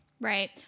Right